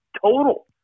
total